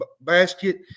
basket